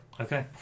Okay